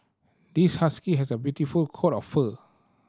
this husky has a beautiful coat of fur